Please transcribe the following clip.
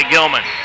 Gilman